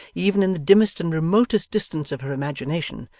even in the dimmest and remotest distance of her imagination,